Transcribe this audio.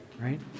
right